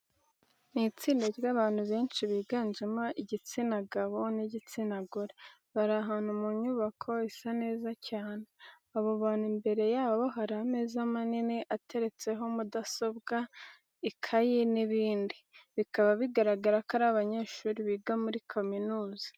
Ni itsinda ry'abantu benshi biganjemo igitsina gabo n'igitsina gire, bari ahantu mu nyubako isa neza cyane. Abo bantu imbere yabo hari ameza manini ateretseho mudazobwa, amakayi, ji n'ibindi. Bikaba bigaragara ko ari abanyeshuri biga muri kaminuza.